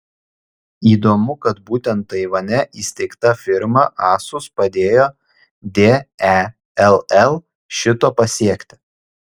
įdomu kad būtent taivane įsteigta firma asus padėjo dell šito pasiekti